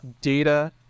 data